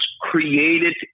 created